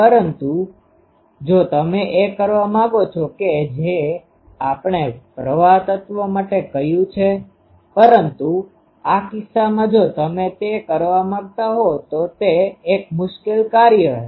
પરંતુ જો તમે એ કરવા માંગો છો કે જે આપણે પ્રવાહ તત્વ માટે કર્યું છે પરંતુ આ કિસ્સામાં જો તમે તે કરવા માંગતા હોવ તો તે એક મુશ્કેલ કાર્ય હશે